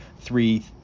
three